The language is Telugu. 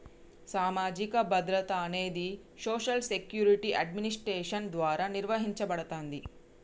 సామాజిక భద్రత అనేది సోషల్ సెక్యూరిటీ అడ్మినిస్ట్రేషన్ ద్వారా నిర్వహించబడతాంది